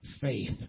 faith